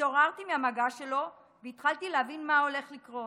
התעוררתי מהמגע שלו והתחלתי להבין מה הולך לקרות.